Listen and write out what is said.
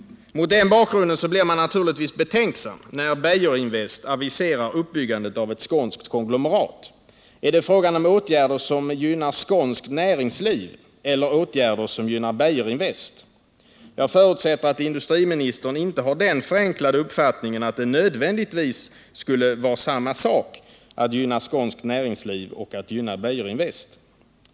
Mot den bakgrunden blir man naturligtvis betänksam, när Beijerinvest aviserar uppbyggandet av ett skånskt konglomerat. Är det fråga om åtgärder som gynnar skånskt näringsliv eller åtgärder som gynnar Beijerinvest? Jag förutsätter att industriministern inte har den förenklade uppfattningen att det nödvändigtvis skulle vara samma sak att gynna skånskt näringsliv och att gynna Beijerinvest.